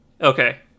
Okay